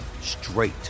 straight